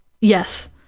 yes